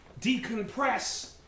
decompress